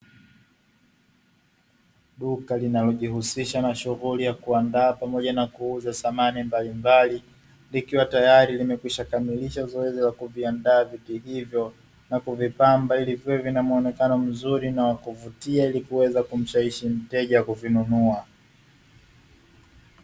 Duka linalojihusisha na shughuli ya kuandaa pamoja na kuuza samani mbalimbali likiwa tayari limekwishakamilisha zoezi la kuviandaa viti hivyo na kuvipamba ili viwe vinamuonekano mzuri na wakuvutia ili kuweza kumshawishi mteja kuvinunua.